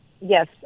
Yes